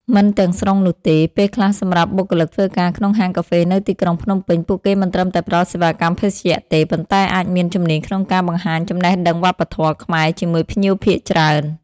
មិនទាំងស្រុងនោះទេ ពេលខ្លះសម្រាប់បុគ្គលិកធ្វើការក្នុងហាងកាហ្វេនៅទីក្រុងភ្នំពេញ ពួកគេមិនត្រឹមតែផ្តល់សេវាកម្មភេសជ្ជៈទេ ប៉ុន្តែអាចមានជំនាញក្នុងការបង្ហាញចំណេះដឹងវប្បធម៌ខ្មែរជាមួយភ្ញៀវភាគច្រើន។